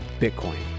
Bitcoin